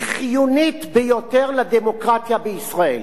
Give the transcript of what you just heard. היא חיונית ביותר לדמוקרטיה בישראל.